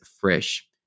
fresh